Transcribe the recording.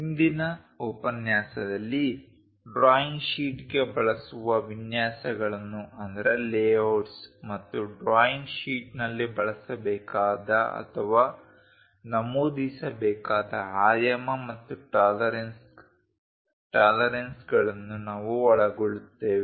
ಇಂದಿನ ಉಪನ್ಯಾಸದಲ್ಲಿ ಡ್ರಾಯಿಂಗ್ ಶೀಟ್ಗೆ ಬಳಸುವ ವಿನ್ಯಾಸಗಳನ್ನು ಮತ್ತು ಡ್ರಾಯಿಂಗ್ ಶೀಟ್ನಲ್ಲಿ ಬಳಸಬೇಕಾದ ಅಥವಾ ನಮೂದಿಸಬೇಕಾದ ಆಯಾಮ ಮತ್ತು ಟಾಲರೆನ್ಸ್ಗಳನ್ನು ನಾವು ಒಳಗೊಳ್ಳುತ್ತೇವೆ